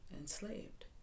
enslaved